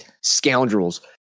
scoundrels